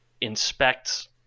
inspects